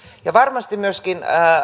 varmasti myöskin